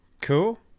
Cool